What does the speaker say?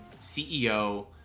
CEO